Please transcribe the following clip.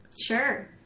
Sure